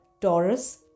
taurus